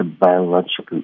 biological